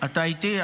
אתה איתי?